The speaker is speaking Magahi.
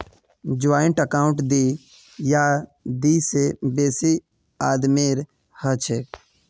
ज्वाइंट अकाउंट दी या दी से बेसी आदमीर हछेक